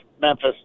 Memphis